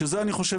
שזה אני חושב,